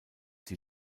die